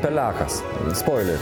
pelekas spoileris